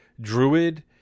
Druid